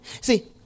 See